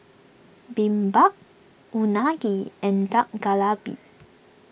Bibimbap Unagi and Dak